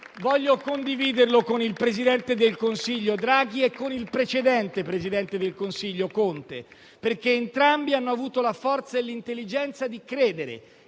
voglio condividerlo con il presidente del Consiglio Draghi e con il precedente presidente del Consiglio Conte, perché entrambi hanno avuto la forza e l'intelligenza di credere